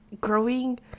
growing